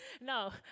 No